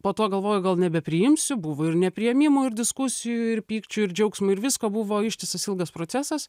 po to galvoju gal nepriimsi buvo ir nepriėmimų ir diskusijų ir pykčių ir džiaugsmo ir visko buvo ištisas ilgas procesas